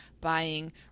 buying